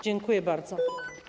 Dziękuję bardzo.